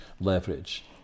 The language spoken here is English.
leverage